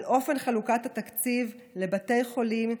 על אופן חלוקת התקציב לבתי חולים,